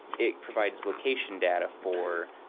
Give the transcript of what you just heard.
it provides location data for